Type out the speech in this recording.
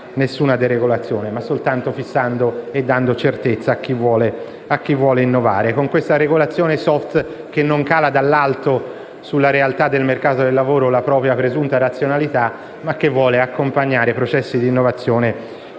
alcuna deregolazione, ma, ripeto, soltanto fissando e dando certezza a chi vuole innovare, con questa regolazione *soft* che non cala dall'alto sulla realtà del mercato del lavoro la propria presunta razionalità, ma che vuole accompagnare i processi di innovazione che già esistono.